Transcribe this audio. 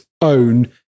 own